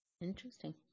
Interesting